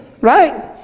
right